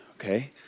Okay